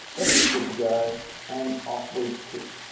everything's good to go and off we kick.